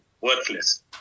worthless